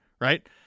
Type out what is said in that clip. right